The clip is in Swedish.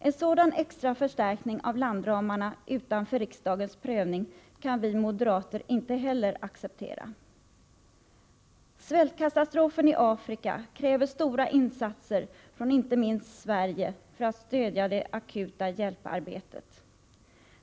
En sådan extra förstärkning av landramarna utanför riksdagens prövning kan vi moderater inte heller acceptera. Svältkatastrofen i Afrika kräver att inte minst Sverige gör stora insatser för att stödja det akuta hjälparbetet.